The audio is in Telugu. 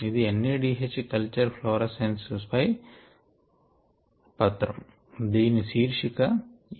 ఇది N A D H culture fluorescence పై పత్రం దీని శీర్షిక ఈ